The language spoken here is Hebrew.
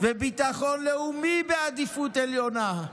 וביטחון לאומי בעדיפות עליונה.